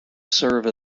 serve